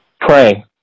Pray